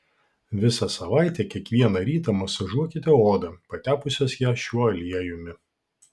visą savaitę kiekvieną rytą masažuokite odą patepusios ją šiuo aliejumi